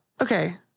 Okay